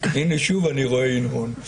הינה, שוב אני רואה הנהון.